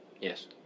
Yes